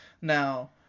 Now